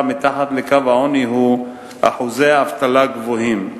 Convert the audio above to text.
מתחת לקו העוני היא אחוזי אבטלה גבוהים,